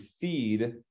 feed